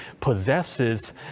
possesses